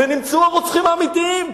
ונמצאו הרוצחים האמיתיים.